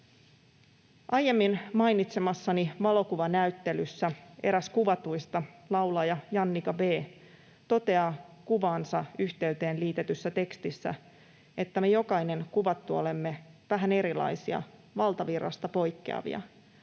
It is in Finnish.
Aiemmin mainitsemassani valokuvanäyttelyssä eräs kuvatuista, laulaja Jannika B, toteaa kuvansa yhteyteen liitetyssä tekstissä: ”Me, jokainen kuvattu, olemme vähän erilaisia, valtavirrasta poikkeavia,